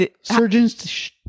Surgeons